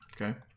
Okay